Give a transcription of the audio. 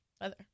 weather